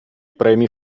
premi